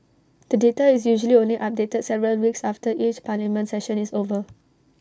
the data is usually only updated several weeks after each parliament session is over